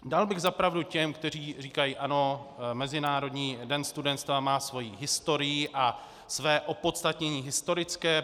Dal bych za pravdu těm, kteří říkají ano, Mezinárodní den studentstva má svoji historii a své opodstatnění historické.